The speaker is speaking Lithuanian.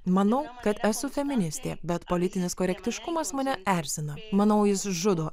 manau kad esu feministė bet politinis korektiškumas mane erzina manau jis žudo